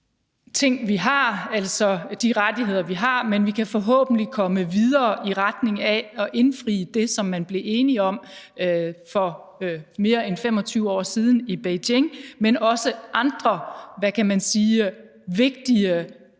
de rettigheder, vi har, men vi kan forhåbentlig komme videre i retning af at indfri det, som man blev enige om for mere end 25 år siden i Beijing, men også andre vigtige